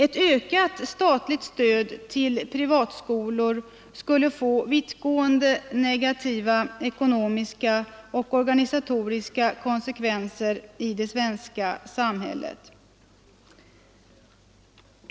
Ett ökat statligt stöd till privatskolor skulle få vittgående negativa ekonomiska och organisatoriska konsekvenser i det svenska samhället.